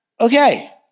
Okay